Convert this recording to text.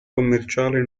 commerciale